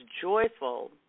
joyful